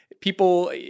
people